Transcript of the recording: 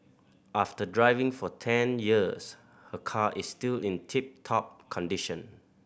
after driving for ten years her car is still in tip top condition